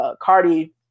Cardi